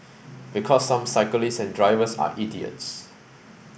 because some cyclists and drivers are idiots